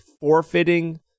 forfeiting